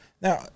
Now